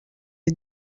est